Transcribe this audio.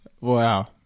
wow